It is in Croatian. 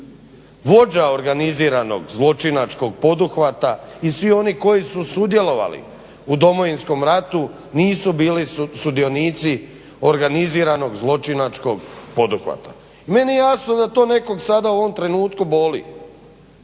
vođa organiziranog zločinačkog poduhvata i svi oni koji su sudjelovali u Domovinskom ratu nisu bili sudionici organiziranog zločinačkog poduhvata. I meni je jasno da to nekog sada u ovom trenutku boli.